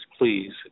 please